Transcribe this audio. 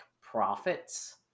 profits